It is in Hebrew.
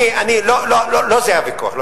לא זה הוויכוח.